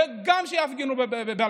וגם שיפגינו בבלפור,